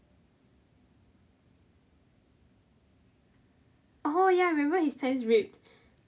oh ya I remember his pants ripped